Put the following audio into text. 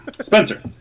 Spencer